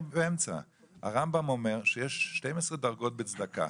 הרמב"ם אומר שיש 12 דרגות בצדקה.